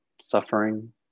suffering